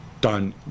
done